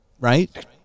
Right